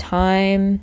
time